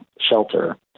shelter